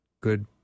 good